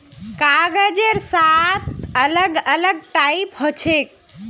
कागजेर सात अलग अलग टाइप हछेक